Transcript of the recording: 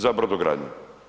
Za brodogradnju.